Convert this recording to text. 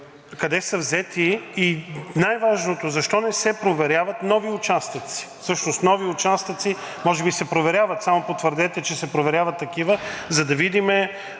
къде са взети и най-важното защо не се проверяват нови участъци? Всъщност нови участъци може би се проверяват, само потвърдете, че се проверяват такива, за да видим